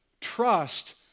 trust